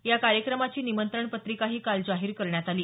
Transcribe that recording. या कार्यक्रमाची निमंत्रण पत्रिकाही काल जाहीर करण्यात आली